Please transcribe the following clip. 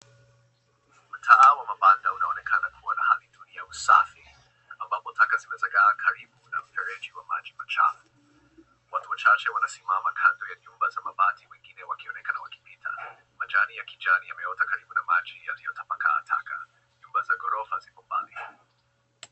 Mtaa wa mabanda unaonekana ukiwa na hali duni ya usafi ambapo taka zimezagaa karibu na mfereji wa maji machafu. Watu wachache wanasimama kando ya nyumba za mabati, wengine wakionekana wakipita. Majani ya kijani yameota karibu na maji yaliyotapakaa taka. Nyumba za gorofa ziko pale.